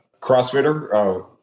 crossfitter